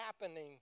happening